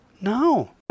No